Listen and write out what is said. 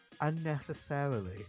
unnecessarily